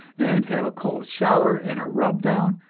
and have a cold shower and a rub-down,